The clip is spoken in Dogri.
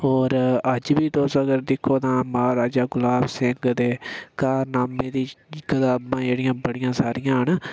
और अज्ज भी तुस अगर दिक्खो तां महाराजा गुलाब सिंह दे कारनामें दियां कताबां जेह्ड़ियां बड़ियां सारियां न